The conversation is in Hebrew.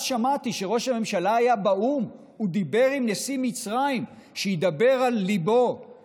שום דבר לא